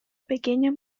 pequeños